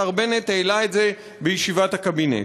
השר בנט העלה את זה בישיבת הקבינט.